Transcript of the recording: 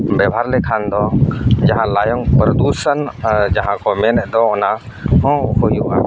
ᱵᱮᱵᱚᱦᱟᱨ ᱞᱮᱠᱷᱟᱱ ᱫᱚ ᱡᱟᱦᱟᱸ ᱞᱟᱭᱚᱝ ᱯᱚᱨᱫᱩᱥᱚᱱ ᱡᱟᱦᱟᱸ ᱠᱚ ᱢᱮᱱᱮ ᱫᱚ ᱚᱱᱟ ᱦᱚᱸ ᱦᱩᱭᱩᱜᱼᱟ